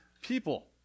people